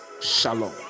Shalom